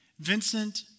Vincent